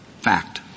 fact